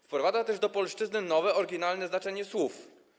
Wprowadza ona też do polszczyzny nowe, oryginalne znaczenie słów.